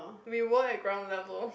we were at ground level